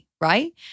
right